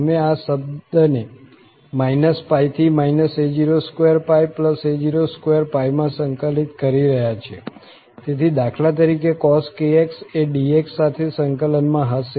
અમે આ શબ્દને π થી a02πa02 માં સંકલિત કરી રહ્યા છીએ તેથી દાખલા તરીકે cos⁡ એ dx સાથે સંકલનમાં હશે